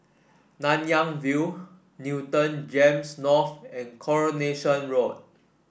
Nanyang View Newton Gems North and Coronation Road